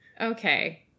Okay